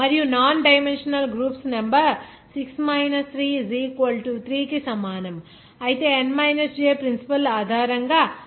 మరియు non dimensional groups number 6 3 3 అంటే 3 కి సమానం అయిన n j ప్రిన్సిపుల్ ఆధారంగా తయారవుతుంది